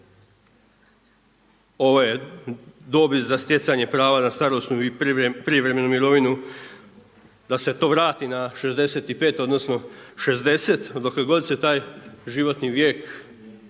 ove dobi za stjecanje prava na starosnu i privremenu mirovinu, da se to vrati na 65 odnosno 60 dokle god se taj životni vijek